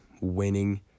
winning